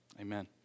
amen